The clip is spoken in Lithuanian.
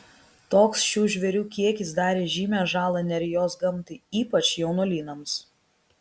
toks šių žvėrių kiekis darė žymią žalą nerijos gamtai ypač jaunuolynams